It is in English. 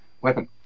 weapon